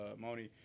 Moni